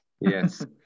yes